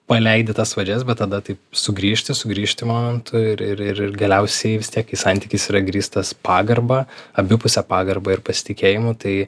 paleidi tas vadžias bet tada taip sugrįžti sugrįžti momentu ir ir ir galiausiai vis tiek kai santykis yra grįstas pagarba abipuse pagarba ir pasitikėjimu tai